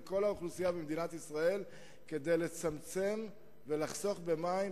כל האוכלוסייה במדינת ישראל כדי לצמצם ולחסוך במים,